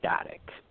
Static